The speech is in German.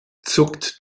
zuckt